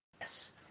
Yes